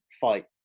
fight